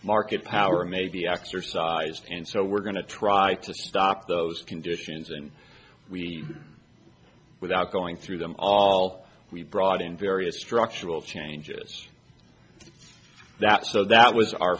market power may be exercised and so we're going to try to stop those conditions and we without going through them all we brought in various structural changes that so that was our